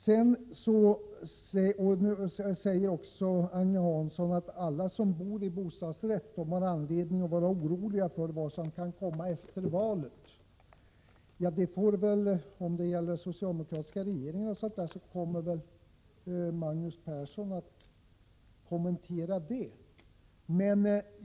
Agne Hansson sade också att alla som bor med bostadsrätt har anledning att vara oroliga för vad som kan komma efter valet. Om det gäller den socialdemokratiska regeringen kommer väl Magnus Persson att kommentera det.